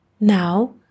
Now